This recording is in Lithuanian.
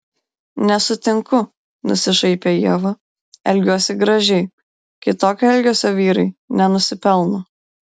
nesutinku nusišaipė ieva elgiuosi gražiai kitokio elgesio vyrai nenusipelno